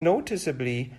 noticeably